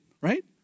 right